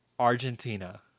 Argentina